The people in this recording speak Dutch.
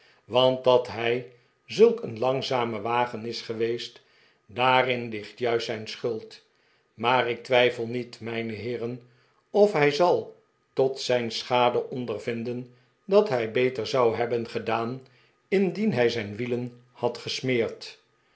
want dat hij zulk een langzame wagen is geweest daarin ligt juist zijn schuldj maar ik twijfel niet mijne heeren of hij zal tot zijn schade ondervinden dat hij beter zou hebben gedaan indien hij zijn widen had gesmeerd